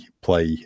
play